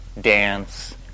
dance